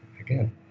again